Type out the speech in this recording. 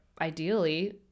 ideally